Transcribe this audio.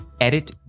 edit